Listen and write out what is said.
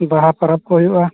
ᱵᱟᱦᱟᱸ ᱯᱟᱨᱟᱵᱽ ᱠᱚ ᱦᱩᱭᱩᱜᱼᱟ